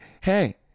hey